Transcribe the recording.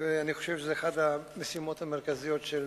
ואני חושב שזאת אחת המשימות המרכזיות של